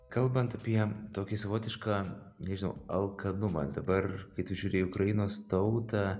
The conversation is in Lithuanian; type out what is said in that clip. kalbant apie tokį savotišką nežinau alkanumą dabar kai tu žiūri į ukrainos tautą